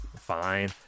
Fine